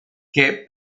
que